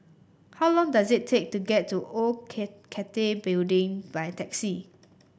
how long does it take to get to Old Cathay Building by taxi